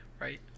right